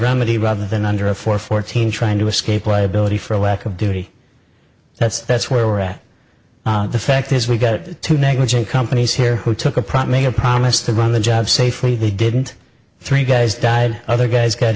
remedy rather than under a for fourteen trying to escape liability for a lack of dignity that's that's where we're at the fact is we've got to negligent companies here who took a prop make a promise to run the job safely they didn't three guys died other guys g